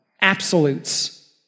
Absolutes